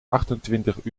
achtentwintig